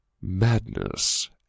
Madness